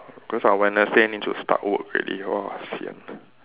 cause I Wednesday need to start work already sian